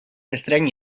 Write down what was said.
estrany